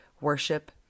worship